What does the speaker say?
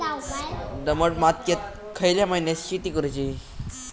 दमट मातयेत खयल्या महिन्यात शेती करुची?